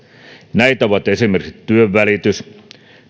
näitä ovat esimerkiksi työnvälitys